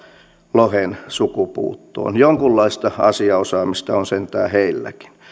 lohen sukupuuttoon jonkunlaista asiaosaamista on sentään heilläkin